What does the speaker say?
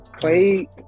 Clay